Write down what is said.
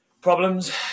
problems